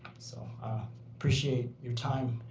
so ah appreciate your time.